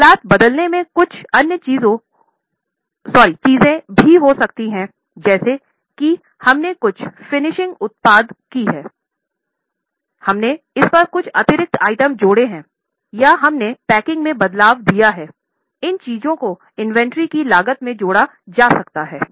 हालत बदलने में कुछ अन्य चीजें हो सकती हैं जैसे कि हमने कुछ फिनिशिंग प्रदान की हैं हमने इस पर कुछ अतिरिक्त आइटम जोड़े हैं या हमने पैकिंग को बदल दिया है इन चीजों को इन्वेंट्री की लागत में जोड़ा जा सकता है